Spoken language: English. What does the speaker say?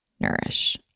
nourish